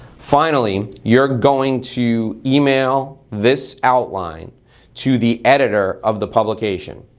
finally, you're going to email this outline to the editor of the publication.